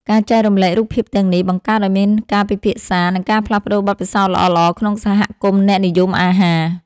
ការចែករំលែករូបភាពទាំងនេះ បង្កើតឱ្យមានការពិភាក្សា និងការផ្លាស់ប្តូរបទពិសោធន៍ល្អៗក្នុងសហគមន៍អ្នកនិយមអាហារ។